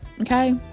okay